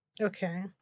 Okay